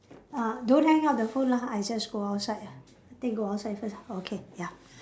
uh don't hang up the phone lah I just go outside ah think you go outside first ah okay ya